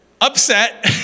upset